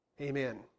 amen